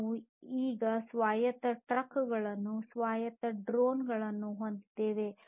ನಾವು ಈಗ ಸ್ವಾಯತ್ತ ಟ್ರಕ್ ಗಳನ್ನು ಸ್ವಾಯತ್ತ ಡ್ರೋನ್ಗಳನ್ನು ಹೊಂದಿದ್ದೇವೆ